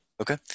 Okay